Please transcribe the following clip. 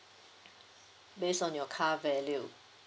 based on your car value